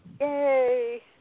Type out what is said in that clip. Yay